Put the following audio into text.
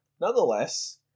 Nonetheless